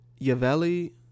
Yavelli